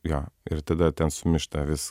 jo ir tada ten sumišta vis